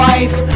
Life